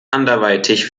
anderweitig